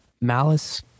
Malice